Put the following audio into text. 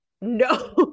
No